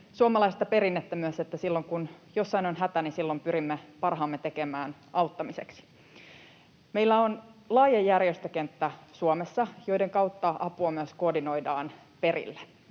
suomalaista perinnettä myös, että silloin kun jossain on hätä, niin silloin pyrimme parhaamme tekemään auttamiseksi. Meillä on Suomessa laaja järjestökenttä, jonka kautta apua myös koordinoidaan perille.